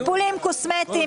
טיפולים קוסמטיים.